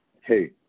Hey